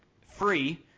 free